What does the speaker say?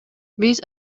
биз